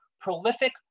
prolific